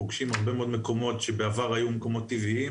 הם פוגשים הרבה מאוד מקומות שבעבר היו מקומות טבעיים